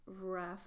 rough